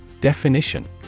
Definition